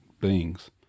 beings